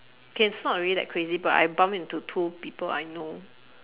okay it's not really that crazy but I bumped into two people I know